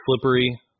slippery